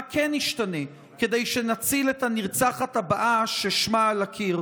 מה כן ישתנה כדי שנציל את הנרצחת הבאה ששמה על הקיר?